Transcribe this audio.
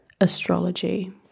astrology